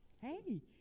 Hey